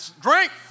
Drink